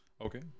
Okay